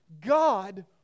God